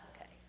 okay